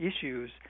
issues